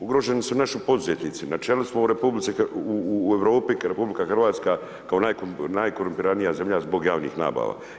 Ugroženi su i naši poduzetnici, na čelu smo u, u Europi, kao RH, kao najkorumpiranija zemlja zbog javnih nabava.